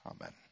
Amen